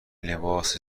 لباس